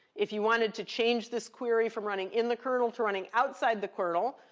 if you wanted to change this query from running in the kernel to running outside the kernel,